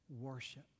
worship